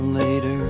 later